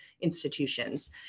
institutions